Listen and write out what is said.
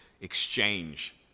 exchange